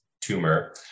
tumor